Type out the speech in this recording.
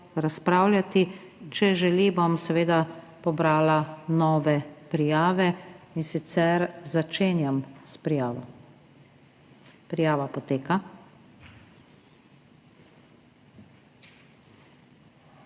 razpravljati. Če želi, bom seveda pobrala nove prijave. Začenjam s prijavo. Prijava poteka.